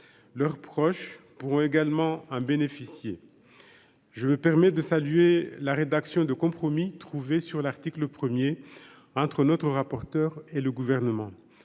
leurs proches pourront également en bénéficier, je me permets de saluer la rédaction de compromis trouvé sur l'article 1er entre notre rapporteur et le gouvernement,